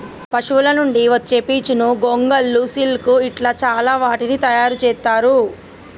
పశువుల నుండి వచ్చే పీచును గొంగళ్ళు సిల్క్ ఇట్లా చాల వాటిని తయారు చెత్తారు